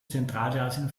zentralasien